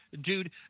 dude